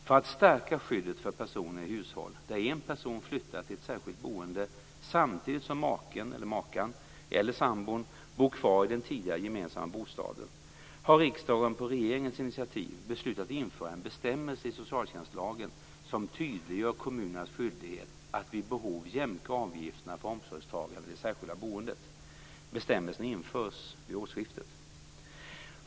För att stärka skyddet för personer i hushåll där en person flyttar till ett särskilt boende samtidigt som maken, makan eller sambon bor kvar i den tidigare gemensamma bostaden har riksdagen på regeringens initiativ beslutat införa en bestämmelse i socialtjänstlagen som tydliggör kommunernas skyldighet att vid behov jämka avgifterna för omsorgstagaren i det särskilda boendet. Bestämmelsen införs vid årsskiftet.